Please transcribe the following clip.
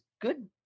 good